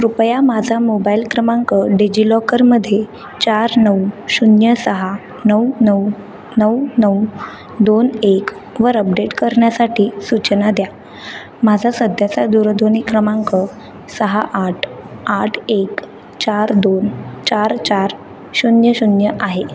कृपया माझा मोबाईल क्रमांक डिजिलॉकरमध्ये चार नऊ शून्य सहा नऊ नऊ नऊ नऊ दोन एकवर अपडेट करण्यासाठी सूचना द्या माझा सध्याचा दूरध्वनी क्रमांक सहा आठ आठ एक चार दोन चार चार शून्य शून्य आहे